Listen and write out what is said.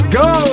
go